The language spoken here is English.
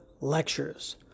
Lectures